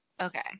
Okay